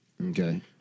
Okay